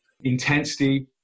Intensity